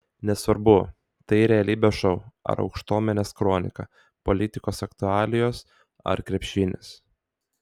nesvarbu tai realybės šou ar aukštuomenės kronika politikos aktualijos ar krepšinis